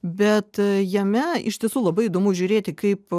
bet jame iš tiesų labai įdomu žiūrėti kaip